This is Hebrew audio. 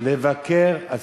לבקר,